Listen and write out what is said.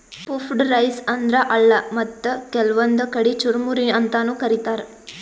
puffed rice ಅಂದ್ರ ಅಳ್ಳ ಮತ್ತ್ ಕೆಲ್ವನ್ದ್ ಕಡಿ ಚುರಮುರಿ ಅಂತಾನೂ ಕರಿತಾರ್